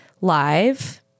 live